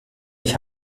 ich